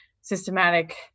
systematic